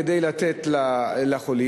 כדי לתת לחולים,